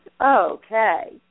okay